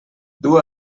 duu